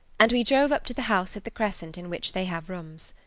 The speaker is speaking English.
and we drove up to the house at the crescent in which they have rooms.